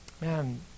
Man